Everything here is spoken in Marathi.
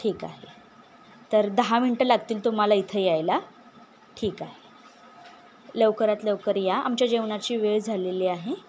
ठीक आहे तर दहा मिनटं लागतील तुम्हाला इथं यायला ठीक आहे लवकरात लवकर या आमच्या जेवणाची वेळ झालेली आहे